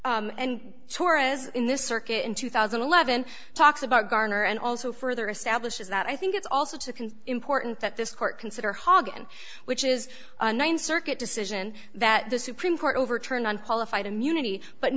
torres in this circuit in two thousand and eleven talks about garner and also further establishes that i think it's also to important that this court consider haagen which is a th circuit decision that the supreme court overturned on qualified immunity but